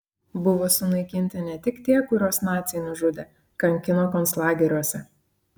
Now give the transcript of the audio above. buvo sunaikinti ne tik tie kuriuos naciai nužudė kankino konclageriuose